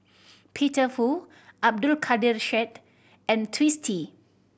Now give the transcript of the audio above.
Peter Fu Abdul Kadir Syed and Twisstii